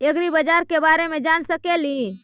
ऐग्रिबाजार के बारे मे जान सकेली?